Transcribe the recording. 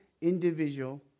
individual